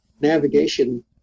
navigation